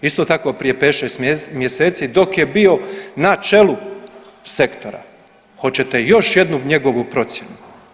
Isto tako prije pet, šest mjeseci dok je bio na čelu sektora hoćete još jednu njegovu procjenu?